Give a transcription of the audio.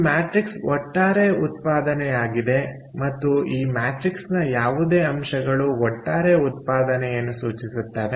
ಈ ಮ್ಯಾಟ್ರಿಕ್ಸ್ ಒಟ್ಟಾರೆ ಉತ್ಪಾದನೆ ಆಗಿದೆ ಅಥವಾ ಈ ಮ್ಯಾಟ್ರಿಕ್ಸ್ನ ಯಾವುದೇ ಅಂಶಗಳು ಒಟ್ಟಾರೆ ಉತ್ಪಾದನೆಯನ್ನು ಸೂಚಿಸುತ್ತವೆ